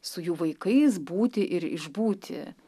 su jų vaikais būti ir išbūti